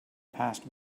passed